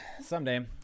someday